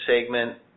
segment